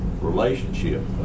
relationship